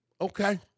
Okay